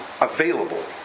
available